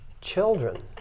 children